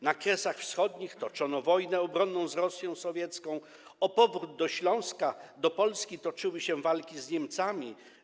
Na Kresach Wschodnich toczono wojnę obronną z Rosją sowiecką, o powrót Śląska do Polski toczyły się walki z Niemcami.